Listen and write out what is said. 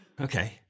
Okay